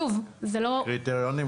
הקריטריונים,